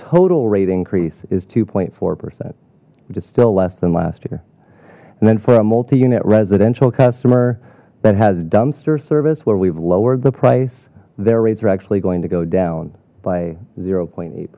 total rate increase is two four percent which is still less than last year and then for a multi unit residential customer that has dumpster service where we've lowered the price their rates are actually going to go down by zero point eight